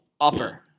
upper